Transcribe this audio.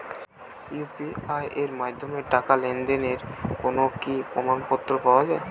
UPI এর মাধ্যমে টাকা লেনদেনের কোন কি প্রমাণপত্র পাওয়া য়ায়?